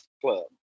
Club